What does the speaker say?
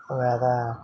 வேறு